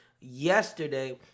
yesterday